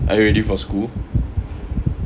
are you ready for school